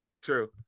True